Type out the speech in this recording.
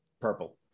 Purple